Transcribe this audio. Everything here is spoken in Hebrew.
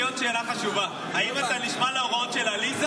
יש לי עוד שאלה חשובה: האם אתה נשמע להוראות של עליזה,